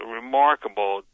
remarkable